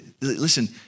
Listen